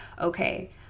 okay